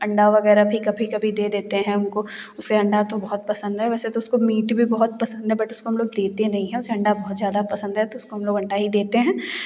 अंडा वगैरह भी कभी कभी दे देते हैं उनको उसे अंडा तो बहुत पसंद है वैसे तो उसको मीट भी बहुत पसंद है बट उसको हम लोग देते नहीं हैं उसे अंडा बहुत ज़्यादा पसंद है तो उसको हम लोग अंडा ही देते हैं